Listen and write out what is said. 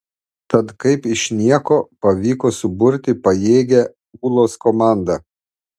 tad kaip iš nieko pavyko suburti pajėgią ūlos komandą